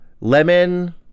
lemon